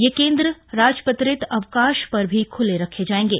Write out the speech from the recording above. ये केंद्र राजपत्रित अवकाश पर भी खुले रखे जाएंगे